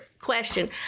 question